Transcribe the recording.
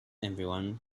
everyone